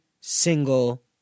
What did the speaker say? single